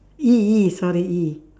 E E sorry E